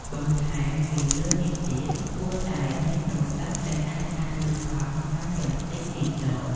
បន្ថែមពីលើនេះទៀត គួរតែមានដបទឹកដែលអាចដាក់លើកង់បានយ៉ាងតិច ២ ដប។